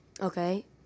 Okay